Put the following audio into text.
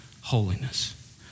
holiness